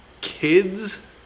Kids